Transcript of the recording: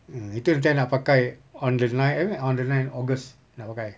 ah itu nanti I nak pakai on the ninth apa on the ninth august nak pakai